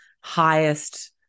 highest